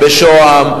בשוהם,